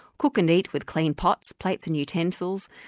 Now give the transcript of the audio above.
cook and eat with clean pots, plates and utensils,